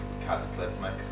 cataclysmic